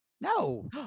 No